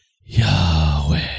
Yahweh